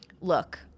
look